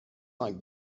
not